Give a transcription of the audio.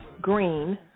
Green